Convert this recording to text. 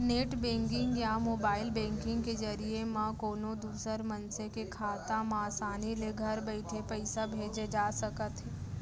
net banking या mobile banking के जरिए म कोनों दूसर मनसे के खाता म आसानी ले घर बइठे पइसा भेजे जा सकत हे